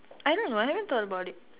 I don't know I haven't thought about it